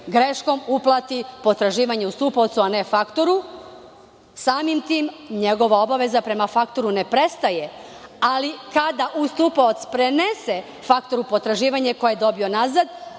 greškom uplati potraživanje ustupaocu a ne faktoru, samim tim njegova obaveza prema faktoru ne prestaje. Ali, kada ustupaoc prenese faktoru potraživanje koje je dobio nazad,